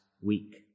week